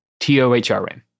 TOHRN